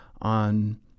on